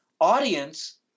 audience